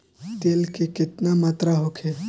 तेल के केतना मात्रा होखे?